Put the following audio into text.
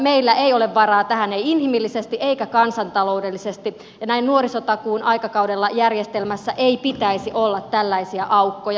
meillä ei ole varaa tähän ei inhimillisesti eikä kansantaloudellisesti ja näin nuorisotakuun aikakaudella järjestelmässä ei pitäisi olla tällaisia aukkoja